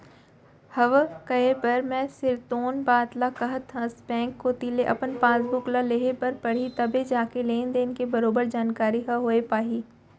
हव कहे बर तैं सिरतोन बात ल काहत हस बेंक कोती ले अपन पासबुक ल लेहे बर परही तभे जाके लेन देन के बरोबर जानकारी ह होय पाही